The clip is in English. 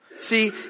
See